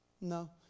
No